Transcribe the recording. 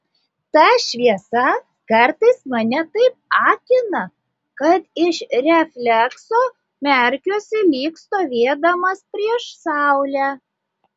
ta šviesa kartais mane taip akina kad iš reflekso merkiuosi lyg stovėdamas prieš saulę